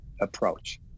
approach